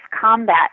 combat